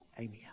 Amen